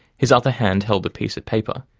his other hand held the piece of paper.